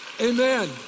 Amen